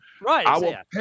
Right